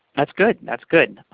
that's good. and that's good.